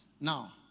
Now